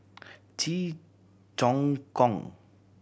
Cheong Choong Kong